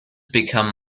become